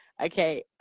okay